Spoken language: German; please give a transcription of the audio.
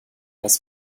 das